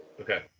Okay